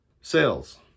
Sales